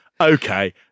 okay